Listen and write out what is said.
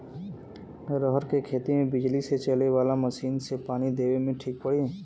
रहर के खेती मे बिजली से चले वाला मसीन से पानी देवे मे ठीक पड़ी?